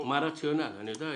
נכון שלכם